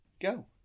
go